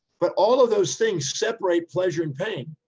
but all of those things, separate pleasure and pain.